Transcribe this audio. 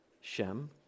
Shem